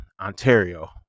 Ontario